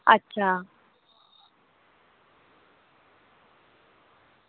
अच्छा